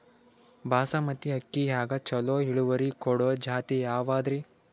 ಬಾಸಮತಿ ಅಕ್ಕಿಯಾಗ ಚಲೋ ಇಳುವರಿ ಕೊಡೊ ಜಾತಿ ಯಾವಾದ್ರಿ?